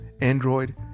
Android